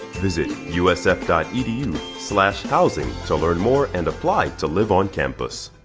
visit usf dot edu slash housing to learn more and apply to live on campus.